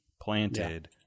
planted